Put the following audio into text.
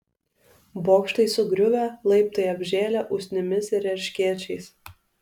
bokštai sugriuvę laiptai apžėlę usnimis ir erškėčiais